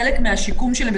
חלק מהשיקום שלהם,